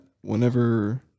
whenever